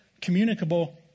communicable